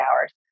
hours